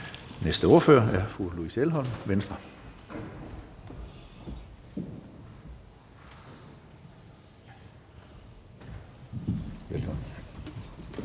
næste ordfører er fru Louise Elholm, Venstre. Velkommen. Kl.